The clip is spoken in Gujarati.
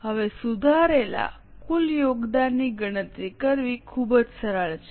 હવે સુધારેલા કુલ યોગદાનની ગણતરી કરવી ખૂબ જ સરળ છે